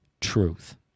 truth